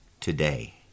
today